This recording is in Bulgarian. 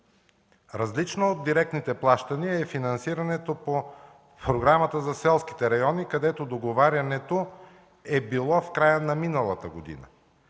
различно от директните плащания е финансирането по Програмата за селските райони, където договарянето е било в края на миналата година.